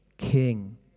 King